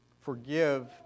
Forgive